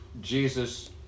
Jesus